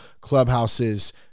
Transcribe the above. clubhouses